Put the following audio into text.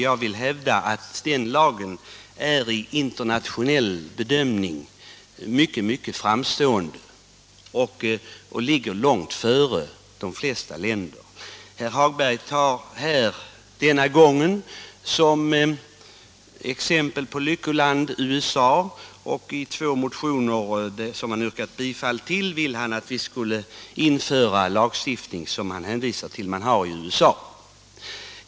Jag vill hävda att den lagen vid en internationell jämförelse är mycket framstående och ligger långt före de flesta länders lagar på detta område. Herr Hagberg tar denna gång som exempel på lyckoland USA, och i två motioner som han har yrkat bifall till vill han att vi skall införa en liknande lagstiftning som den man har i USA.